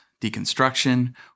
deconstruction